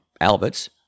Albert's